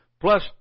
plus